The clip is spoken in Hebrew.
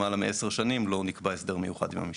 למעלה מעשר שנים לא נקבע הסדר מיוחד עם המשטרה.